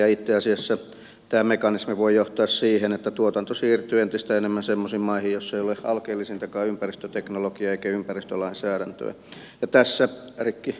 itse asiassa tämä mekanismi voi johtaa siihen että tuotanto siirtyy entistä enemmän semmoisiin maihin joissa ei ole alkeellisintakaan ympäristöteknologiaa eikä ympäristölainsäädäntöä